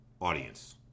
audience